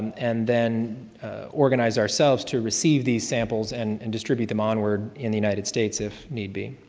and then organize ourselves to receive these samples and and distribute them onward in the united states, if need be.